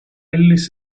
ellis